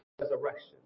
resurrection